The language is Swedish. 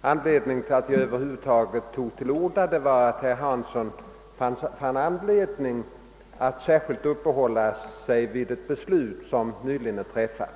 Anledningen till att jag över huvud taget tar till orda var att herr Hansson i Skegrie fann anledning att särskilt uppehålla sig vid ett nyligen fattat beslut.